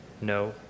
no